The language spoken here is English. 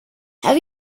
have